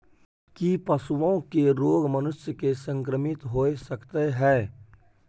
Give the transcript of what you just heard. की पशुओं के रोग मनुष्य के संक्रमित होय सकते है?